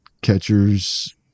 catchers